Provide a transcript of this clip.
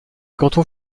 cantons